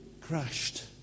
crashed